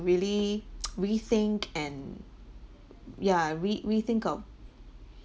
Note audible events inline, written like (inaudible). really (noise) re-think and yeah re~ re-think of